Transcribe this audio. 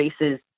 races